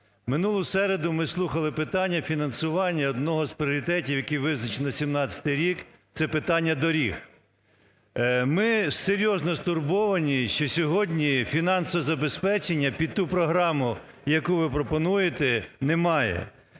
минулу середу ми слухали питання фінансування одного з пріоритетів, який визначений на 2017 рік. Це питання доріг. Ми серйозно стурбовані, що сьогодні фінансового забезпечення під ту програму, яку ви пропонуєте, немає.